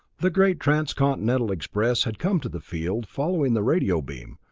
the great transcontinental express had come to the field, following the radio beam,